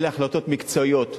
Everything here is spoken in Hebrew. אלה החלטות מקצועיות.